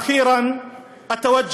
(אומר בערבית: